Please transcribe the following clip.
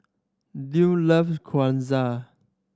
Duard loves Gyoza